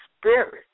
spirit